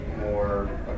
more